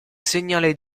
segnale